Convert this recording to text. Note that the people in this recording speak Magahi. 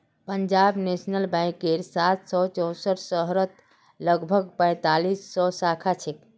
पंजाब नेशनल बैंकेर सात सौ चौसठ शहरत लगभग पैंतालीस सौ शाखा छेक